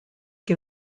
que